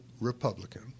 Republican